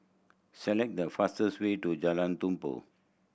select the fastest way to Jalan Tumpu